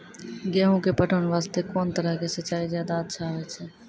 गेहूँ के पटवन वास्ते कोंन तरह के सिंचाई ज्यादा अच्छा होय छै?